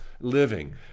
living